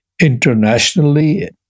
internationally